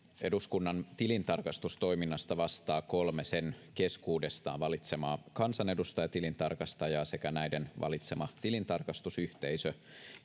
eduskunnan tilintarkastustoiminnasta vastaa kolme sen keskuudestaan valitsemaa kansanedustajatilintarkastajaa sekä näiden valitsema tilintarkastusyhteisö